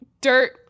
dirt